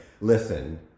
listen